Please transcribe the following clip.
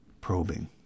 probing